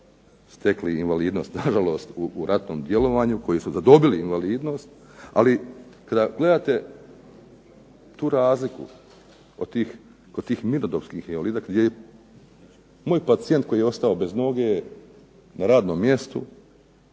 stekli invalidnost nažalost u ratnom djelovanju, koji su zadobili invalidnost, ali kada gledate tu razliku kod tih mirnodopskih invalida gdje moj pacijent koji je ostao bez noge na radnom mjestu